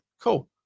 Cool